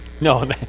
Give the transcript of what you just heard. No